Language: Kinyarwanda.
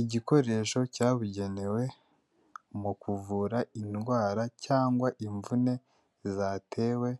Igikoresho cyabugenewe mu kuvura indwara cyangwa imvune zatewe